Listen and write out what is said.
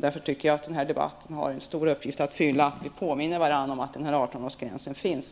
Därför tycker jag att den här debatten har en viktig uppgift i och med att vi påminner varandra om den här 18-årsgränsen.